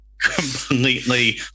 completely